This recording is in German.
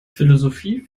philosophie